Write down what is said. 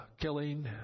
killing